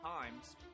times